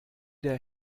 der